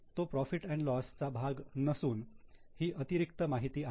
तो profit and loss profit loss चा भाग नसून ही अतिरिक्त माहिती आहे